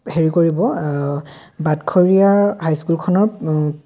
হেৰি কৰিব বাটঘৰীয়া হাইস্কুলখনৰ